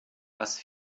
was